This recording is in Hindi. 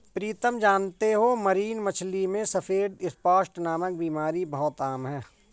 प्रीतम जानते हो मरीन मछली में सफेद स्पॉट नामक बीमारी बहुत आम है